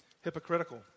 hypocritical